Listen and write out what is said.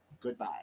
Goodbye